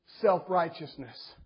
Self-righteousness